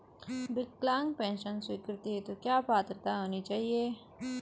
विकलांग पेंशन स्वीकृति हेतु क्या पात्रता होनी चाहिये?